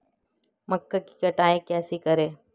मक्का की कटाई कैसे करें?